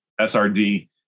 SRD